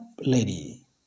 lady